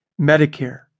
Medicare